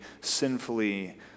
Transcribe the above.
sinfully